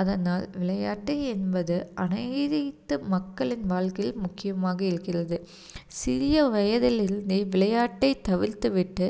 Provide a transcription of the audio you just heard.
அதனால் விளையாட்டு என்பது அனைத்து மக்களின் வாழ்க்கையிலும் முக்கியமாக இருக்கிறது சிறிய வயதில் இருந்தே விளையாட்டைத் தவிர்த்து விட்டு